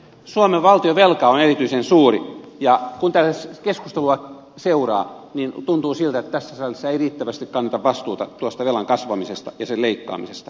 suomen valtionvelka on erityisen suuri ja kun täällä keskustelua seuraa niin tuntuu siltä että tässä salissa ei riittävästi kanneta vastuuta tuosta velan kasvamisesta ja sen leikkaamisesta